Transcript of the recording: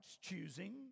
choosing